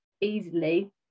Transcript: easily